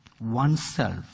oneself